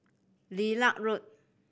Lilac Road